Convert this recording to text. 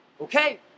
Okay